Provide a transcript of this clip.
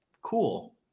cool